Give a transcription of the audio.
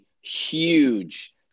huge